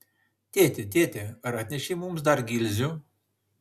tėti tėti ar atnešei mums dar gilzių